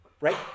right